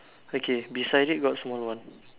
okay beside it got small one